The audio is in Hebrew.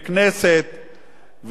ומהרשות המבצעת,